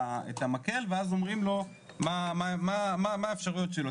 המקל ואז אומרים לו מה האפשרויות שלו.